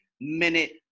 minute